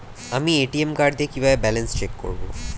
আমি ATM card দিয়ে কিভাবে ব্যালেন্স চেক করব?